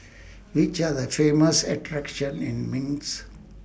Which Are The Famous attractions in Minsk